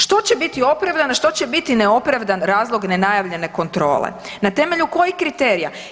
Što će biti opravdan, a što će biti neopravdan razlog nenajavljene kontrole, na temelju kojih kriterija?